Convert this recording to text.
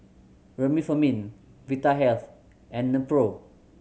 Remifemin Vitahealth and Nepro